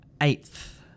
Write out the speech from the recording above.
Eighth